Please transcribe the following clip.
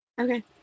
okay